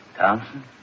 Thompson